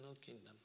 kingdom